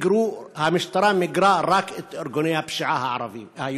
המשטרה מיגרה רק את ארגוני הפשיעה היהודיים.